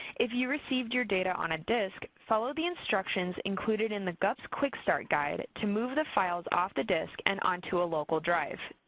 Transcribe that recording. if you received your data on a disc, follow the instructions including in the gups quick start guide to move the files off the disc and onto a local drive.